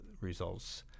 results